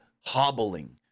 hobbling